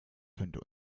könnte